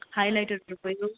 high लाइटरहरू भयो